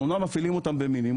אנחנו אמנם מפעילים אותן במינימום,